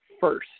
first